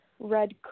Red